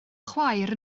chwaer